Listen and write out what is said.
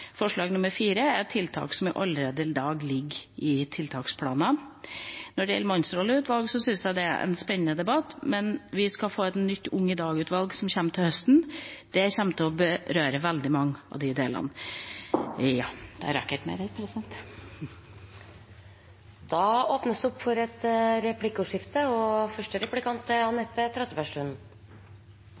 Forslag nr. 4 er tiltak som i dag allerede ligger i tiltaksplanene. Når det gjelder mannsrolleutvalget, synes jeg det er en spennende debatt, men vi skal få et nytt ung-i-dag-utvalg som kommer til høsten. Det kommer til å berøre veldig mange av de delene. Det bli replikkordskifte. I sin redegjørelse tok statsråden prisverdig opp situasjonen for